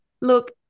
Look